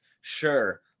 sure